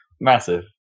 massive